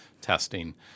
testing